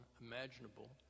imaginable